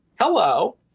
hello